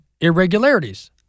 irregularities